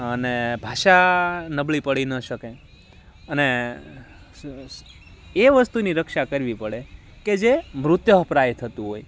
અને ભાષા નબળી પડી ન શકે અને એ વસ્તુની રક્ષા કરવી પડે કે જે મૃતઃપ્રાય થતું હોય